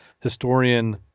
historian